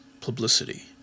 publicity